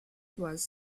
was